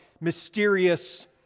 mysterious